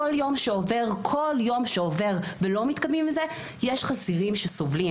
כל יום שעובר ולא מתקדמים לזה יש חזירים שסובלים